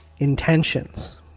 intentions